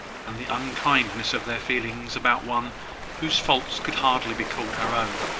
and the unkindness of their feelings about one whose faults could hardly be called her own,